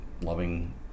loving